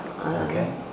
Okay